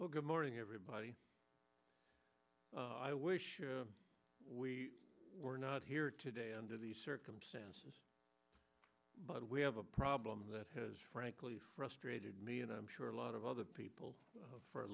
well good morning everybody i wish we were not here today under these circumstances but we have a problem that has frankly frustrated me and i'm sure a lot of other people for at